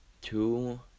two